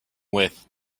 width